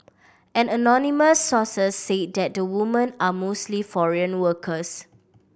an anonymous source said that the woman are mostly foreign workers